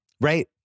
Right